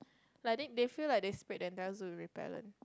like I think they feel like they sprayed the entire zoo with repellent